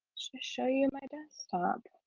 show you my desktop